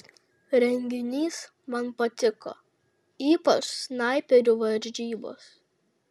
renginys man patiko ypač snaiperių varžybos